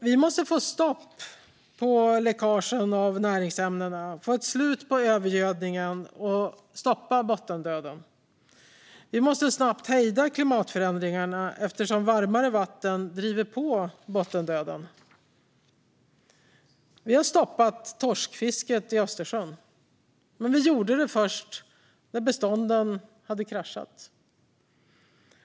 Vi måste få stopp på läckagen av näringsämnen, få ett slut på övergödningen och stoppa bottendöden. Vi måste snabbt hejda klimatförändringarna eftersom varmare vatten driver på bottendöden. Vi har stoppat torskfisket i Östersjön, men vi gjorde det först när bestånden kraschat.